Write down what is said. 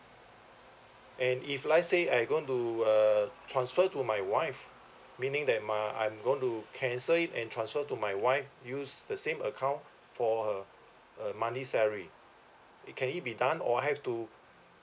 and if let say I going to uh transfer to my wife meaning that my I'm going to cancel it and transfer to my wife use the same account for her a monthly salary can it be done or I have to